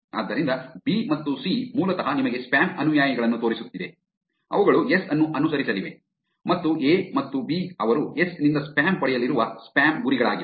ಆದ್ದರಿಂದ ಬಿ ಮತ್ತು ಸಿ ಮೂಲತಃ ನಿಮಗೆ ಸ್ಪ್ಯಾಮ್ ಅನುಯಾಯಿಗಳನ್ನು ತೋರಿಸುತ್ತಿದೆ ಅವುಗಳು ಎಸ್ ಅನ್ನು ಅನುಸರಿಸಲಿವೆ ಮತ್ತು ಎ ಮತ್ತು ಬಿ ಅವರು ಎಸ್ ನಿಂದ ಸ್ಪ್ಯಾಮ್ ಪಡೆಯಲಿರುವ ಸ್ಪ್ಯಾಮ್ ಗುರಿಗಳಾಗಿವೆ